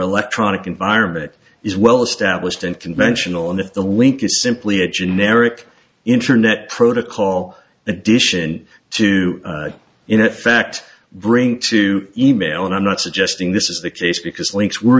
electronic environment it is well established and conventional and if the link is simply a generic internet protocol addition to in effect bring to email and i'm not suggesting this is the case because links were